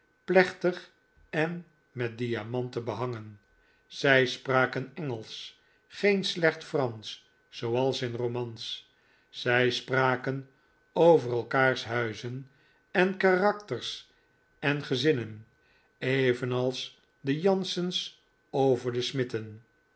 plechtig en met diamanten behangen zij spraken engelsch geen slecht fransch zooals in romans zij spraken over elkaars huizen en karakters en gezinnen evenals de